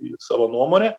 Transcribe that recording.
į savo nuomonę